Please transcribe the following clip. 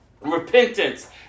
Repentance